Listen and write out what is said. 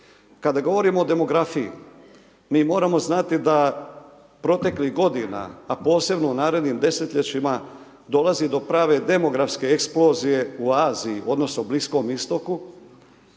Kada govorimo o demografiji, mi moramo znati da proteklih godina a posebno u narednim desetljećima, dolazi do prave demografske eksplozije u Aziji odnosno Bliskom istoku